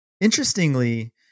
Interestingly